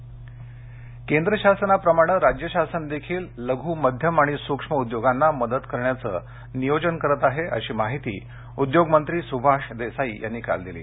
Desai package केंद्र शासनाप्रमाणे राज्य शासन देखील लघु मध्यम सूक्ष्म उद्योगांना मदत करण्याचे नियोजन करत आहे अशी माहिती उद्योगमंत्री सुभाष देसाई यांनी काल दिली